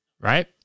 right